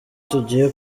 tugiye